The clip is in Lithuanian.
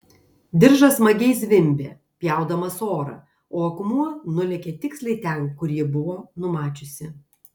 diržas smagiai zvimbė pjaudamas orą o akmuo nulėkė tiksliai ten kur ji buvo numačiusi